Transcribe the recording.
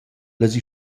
las